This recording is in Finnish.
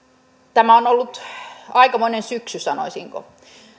tämä on ollut aikamoinen syksy sanoisinko